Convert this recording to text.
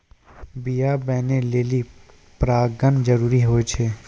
बीया बनै लेलि परागण जरूरी होय छै